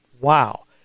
Wow